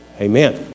Amen